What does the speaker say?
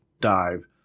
dive